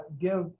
give